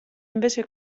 invece